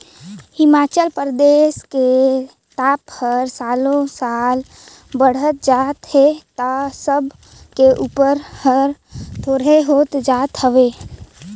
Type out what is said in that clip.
हिमाचल परदेस के ताप हर सालो साल बड़हत जात हे त सेब के उपज हर थोंरेह होत जात हवे